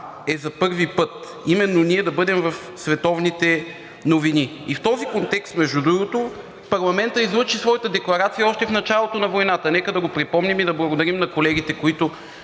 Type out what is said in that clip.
е за първи път, а именно ние да бъдем в световните новини. В този контекст между другото парламентът излъчи своята декларация още в началото на войната. Нека да го припомним и да благодарим на колегите, които